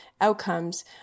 outcomes